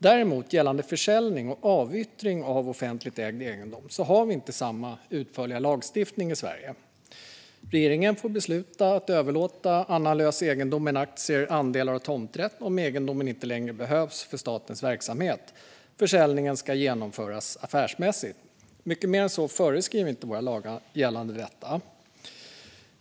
Däremot, gällande försäljning och avyttring av offentligt ägd egendom, har vi inte samma utförliga lagstiftning i Sverige. Regeringen får besluta att överlåta annan lös egendom än aktier, andelar och tomträtt om egendomen inte längre behövs för statens verksamhet. Försäljning ska genomföras affärsmässigt. Mycket mer än så föreskriver inte våra lagar gällande detta.